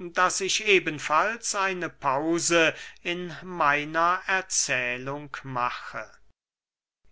daß ich ebenfalls eine pause in meiner erzählung mache